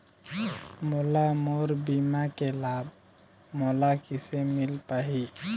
मोला मोर बीमा के लाभ मोला किसे मिल पाही?